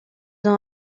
ans